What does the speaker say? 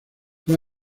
fue